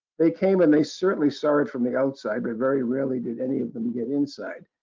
they came and they certainly saw it from the outside, but very rarely did any of them get inside.